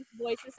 voices